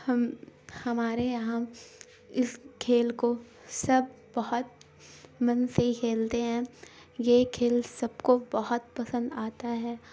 ہم ہمارے یہاں اس کھیل کو سب بہت من سے ہی کھیلتے ہیں یہ کھیل سب کو بہت پسند آتا ہے